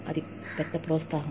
అది పెద్ద ప్రోత్సాహం